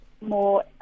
more